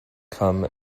come